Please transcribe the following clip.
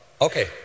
okay